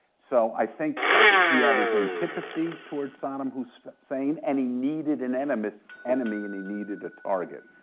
so i think he had his antipathy toward saddam hussein, and he needed an enemy so enemy and he needed a target.